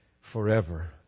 forever